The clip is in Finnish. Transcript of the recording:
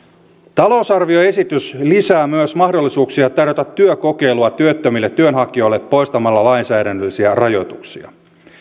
talousarvioesitys lisää myös mahdollisuuksia tarjota työkokeilua työttömille työnhakijoille poistamalla lainsäädännöllisiä rajoituksia